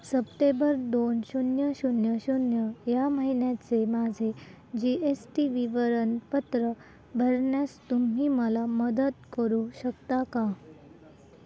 September दोन शून्य शून्य शून्य या महिन्याचे माझे जी एस टी विवरणपत्र भरण्यास तुम्ही मला मदत करू शकता का